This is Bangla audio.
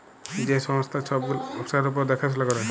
যে সংস্থা ছব গুলা ব্যবসার উপর দ্যাখাশুলা ক্যরে